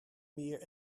meer